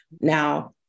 Now